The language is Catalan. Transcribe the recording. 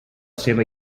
seva